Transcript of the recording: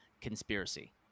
Conspiracy